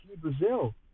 Brazil